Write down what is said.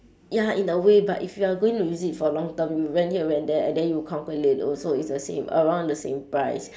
ya in a way but if you are going to use it for a long term you rent here rent there and then you calculate also it's the same around the same price